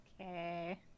Okay